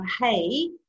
hey